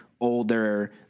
older